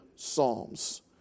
psalms